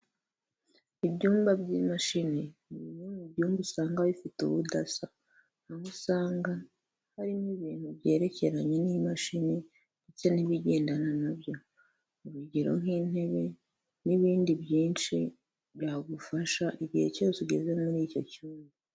Ibyumba by'imashini ni bimwe mu byumba usanga bifite ubudasa, aho usanga harimo ibintu byerekeranye n'imashini ndetse n'ibigendana na byo urugero, nk'intebe n'ibindi byinshi byagufasha igihe cyose ugeze muri icyo cyumba.